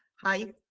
Hi